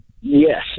Yes